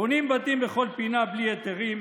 בונים בתים בכל פינה בלי היתרים.